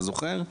אתה זוכר?